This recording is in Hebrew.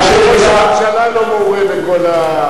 גם ראש הממשלה לא מעורה בכל,